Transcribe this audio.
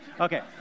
Okay